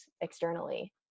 externally